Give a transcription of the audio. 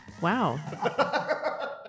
Wow